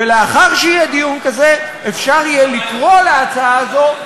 ולאחר שיהיה דיון כזה אפשר יהיה לקרוא להצעה הזאת,